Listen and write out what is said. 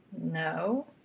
No